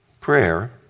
prayer